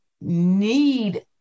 need